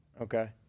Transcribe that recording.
Okay